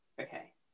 Okay